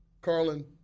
Carlin